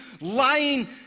lying